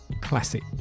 classic